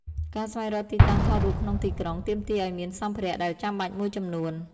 ការស្វែងរកទីតាំងថតរូបក្នុងទីក្រុង ទាមទារឲ្យមានសម្ភារៈដែលចាំបាច់មួយចំនួន។